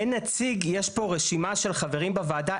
אין נציג, יש פה רשימה של חברים בוועדה.